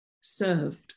served